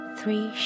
three